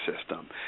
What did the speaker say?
system